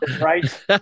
right